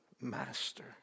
master